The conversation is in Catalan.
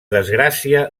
desgràcia